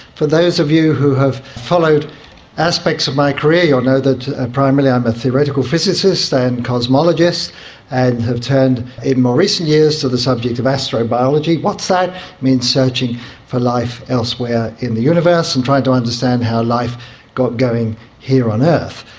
for those of you who have followed aspects of my career you'll know that primarily i'm a theoretical physicist and cosmologist and have turned in more recent years to the subject of astrobiology. what's that? it means searching for life elsewhere in the universe and trying to understand how life got going here on earth.